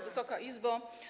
Wysoka Izbo!